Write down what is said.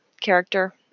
character